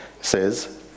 says